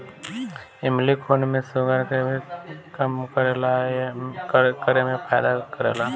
इमली खून में शुगर के भी कम करे में फायदा करेला